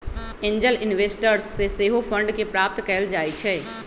angel investors से सेहो fund के प्राप्त कएल जाइ छइ